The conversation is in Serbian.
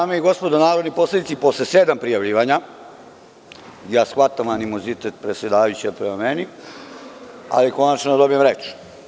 Dame i gospodo narodni poslanici, posle sedam prijavljivanja, ja shvatam animozitet predsedavajućeg prema meni, ali konačno da dobijem reč.